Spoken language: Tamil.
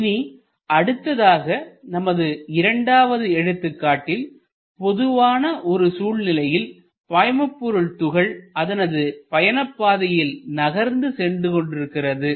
இனி அடுத்ததாக நமது இரண்டாவது எடுத்துக்காட்டில் பொதுவான ஒரு சூழ்நிலையில் பாய்மபொருள் துகள் அதனது பயணப்பாதையில் நகர்ந்து சென்றுகொண்டிருக்கிறது